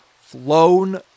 flown